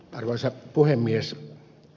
arvoisa puhemies